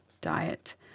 diet